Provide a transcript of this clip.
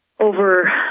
Over